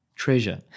treasure